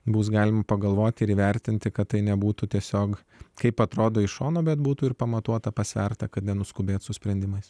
bus galima pagalvoti ir įvertinti kad tai nebūtų tiesiog kaip atrodo iš šono bet būtų ir pamatuota pasverta kada nuskubėti su sprendimais